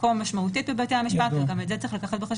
העניין.